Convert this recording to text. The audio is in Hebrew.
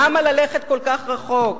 למה ללכת כל כך רחוק?